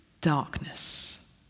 darkness